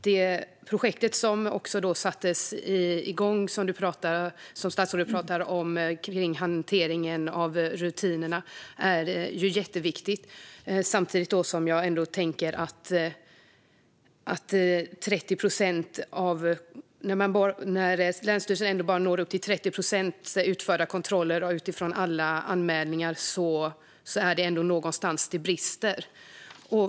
Det projekt som satts igång, som statsrådet talar om, gällande hanteringen av rutinerna är jätteviktigt, samtidigt som jag ändå tänker att det brister någonstans när länsstyrelsen bara utför kontroller i 30 procent av alla fall som anmäls.